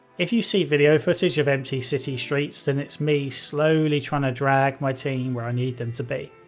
if you see video footage of an empty city street, then it's me slowly trying to drag my team where i need them to be.